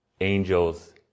angel's